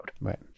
right